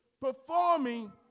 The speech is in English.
performing